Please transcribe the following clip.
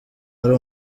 ari